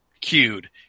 cued